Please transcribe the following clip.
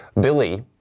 Billy